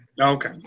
okay